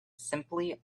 simply